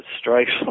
strikes